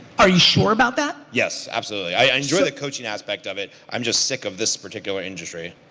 are you sure about that? yes, absolutely. i enjoy the coaching aspect of it, i'm just sick of this particular industry.